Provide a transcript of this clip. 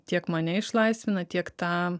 tiek mane išlaisvina tiek tą